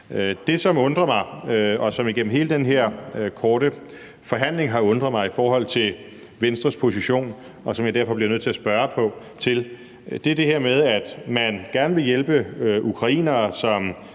Det, som undrer mig, og som igennem hele den her korte forhandling har undret mig i forhold til Venstres position, og som jeg derfor bliver nødt til at spørge til, er, at man – ud over at man gerne vil hjælpe ukrainere, som